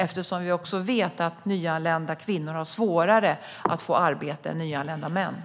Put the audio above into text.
Vi vet nämligen att nyanlända kvinnor har svårare än nyanlända män att få arbete.